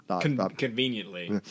Conveniently